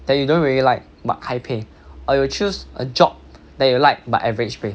that you don't really like but high pay or you choose a job that you like but average pay